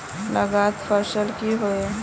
लागत फसल की होय?